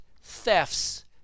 thefts